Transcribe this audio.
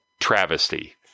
travesty